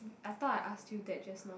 I thought I asked you that just now